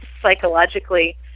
psychologically